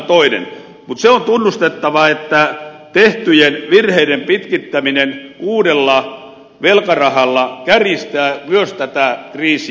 mutta se on tunnustettava että tehtyjen virheiden pitkittäminen uudella velkarahalla kärjistää myös tätä kriisiä